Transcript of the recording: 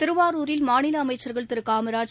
திருவாரூரில் மாநிலஅமைச்சர்கள் திருகாமராஜ்